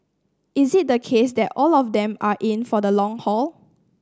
is it the case that all of them are in for the long haul